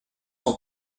son